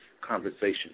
conversation